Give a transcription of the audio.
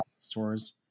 stores